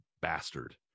bastard